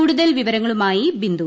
കൂടുതൽ വിവരങ്ങളുമായി ബിന്ദു